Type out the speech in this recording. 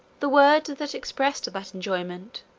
the word that expressed that enjoyment,